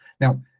now